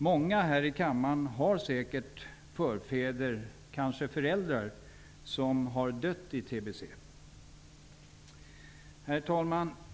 Många här i kammaren har säkerligen förfäder, kanske föräldrar, som har dött i tbc. Herr talman!